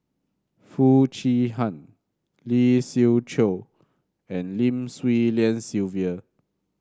Foo Chee Han Lee Siew Choh and Lim Swee Lian Sylvia